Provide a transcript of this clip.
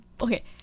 okay